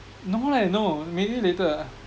no leh no maybe later